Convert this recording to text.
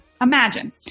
Imagine